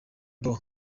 boo